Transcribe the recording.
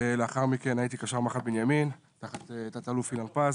לאחר מכן הייתי קשר מח"ט בנימין תחת תת אלוף אילן פז,